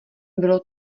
bylo